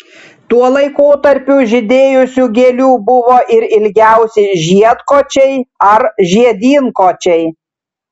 tuo laikotarpiu žydėjusių gėlių buvo ir ilgiausi žiedkočiai ar žiedynkočiai